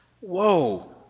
whoa